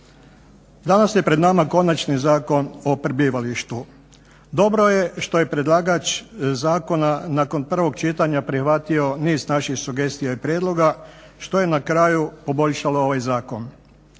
Danas je pred nama Konačni prijedlog Zakona o prebivalištu. Dobro je što je predlagač zakona nakon prvog čitanja prihvatio niz naših sugestija i prijedloga što je na kraju poboljšalo ovaj zakon.